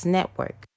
Network